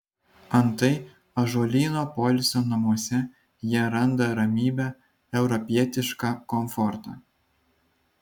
antai ąžuolyno poilsio namuose jie randa ramybę europietišką komfortą